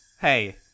hey